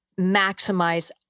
maximize